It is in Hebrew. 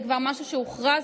זה משהו שכבר שהוכרז.